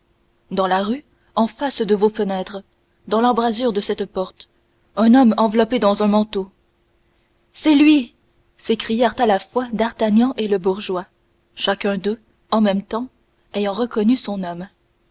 dans la rue en face de vos fenêtres dans l'embrasure de cette porte un homme enveloppé dans un manteau c'est lui s'écrièrent à la fois d'artagnan et le bourgeois chacun d'eux en même temps ayant reconnu son homme